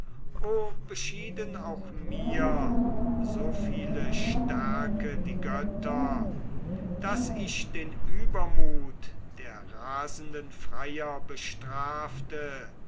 beschieden auch mir so viele stärke die götter daß ich den übermut der rasenden freier bestrafte